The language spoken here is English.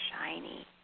shiny